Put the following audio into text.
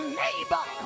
neighbor